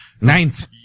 Ninth